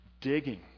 Digging